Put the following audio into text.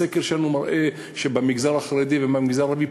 הסקר שלנו מראה שבמגזר החרדי ובמגזר הערבי,